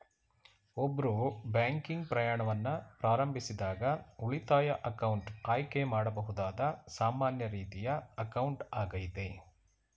ಒಬ್ರು ಬ್ಯಾಂಕಿಂಗ್ ಪ್ರಯಾಣವನ್ನ ಪ್ರಾರಂಭಿಸಿದಾಗ ಉಳಿತಾಯ ಅಕೌಂಟ್ ಆಯ್ಕೆ ಮಾಡಬಹುದಾದ ಸಾಮಾನ್ಯ ರೀತಿಯ ಅಕೌಂಟ್ ಆಗೈತೆ